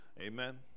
Amen